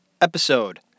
Episode